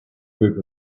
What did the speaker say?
group